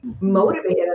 motivated